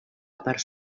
part